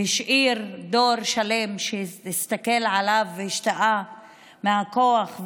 שהשאיר דור שלם שהסתכל עליו והשתאה מהכוח,